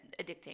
addicting